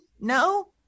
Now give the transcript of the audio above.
no